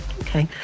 Okay